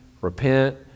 repent